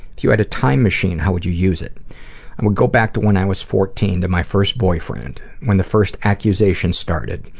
if you had a time machine, how would you use it? i and would go back to when i was fourteen to my first boyfriend, when the first accusation started.